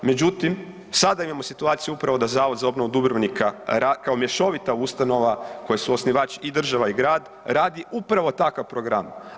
Međutim, sada imamo situaciju upravo da Zavod za obnovu Dubrovnika kao mješovita ustanova kojoj su osnivač i država i grad, radi upravo takav program.